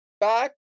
back